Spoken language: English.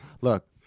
Look